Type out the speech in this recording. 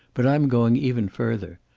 but i'm going even further.